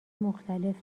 مختلف